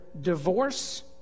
divorce